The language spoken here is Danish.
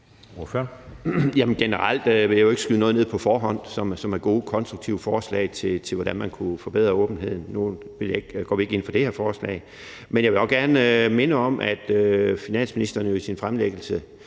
Generelt vil jeg jo ikke på forhånd skyde noget ned, som er gode og konstruktive forslag til, hvordan man kunne forbedre åbenheden. Nu går vi ikke ind for det her forslag, men jeg vil også gerne minde om, at finansministeren i sin fremlæggelse